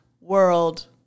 World